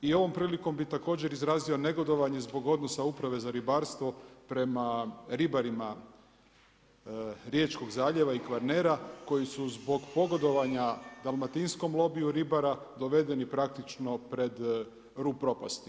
I ovom prilikom bi također izrazio negodovanje zbog odnosa Uprave za ribarstvo prema ribarima riječkog zaljeva i Kvarnera koji su zbog pogodovanja dalmatinskom lobiju ribara dovedeni praktično pred rub propasti.